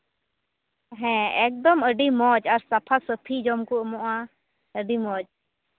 ᱦᱮᱸ ᱮᱠᱫᱚᱢ ᱟᱹᱰᱤ ᱢᱚᱡᱽ ᱟᱨ ᱥᱟᱯᱷᱟ ᱥᱟᱹᱯᱷᱤ ᱡᱚᱢ ᱠᱚ ᱮᱢᱚᱜᱼᱟ ᱟᱹᱰᱤ ᱢᱚᱡᱽ